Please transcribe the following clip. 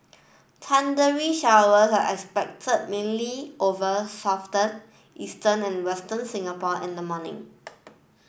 thundery showers are expected mainly over southern eastern and western Singapore in the morning